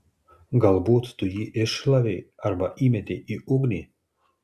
galbūt tu jį iššlavei arba įmetei į ugnį